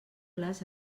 les